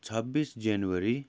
छब्बिस जनवरी